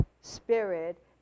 spirit